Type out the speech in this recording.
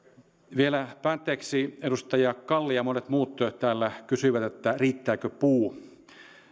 vielä päätteeksi edustaja kalli ja monet muut täällä kysyivät riittääkö puu